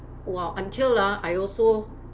!wah! until ah now I also